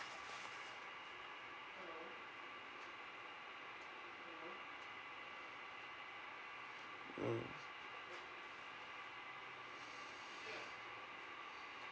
mm